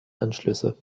anschlüsse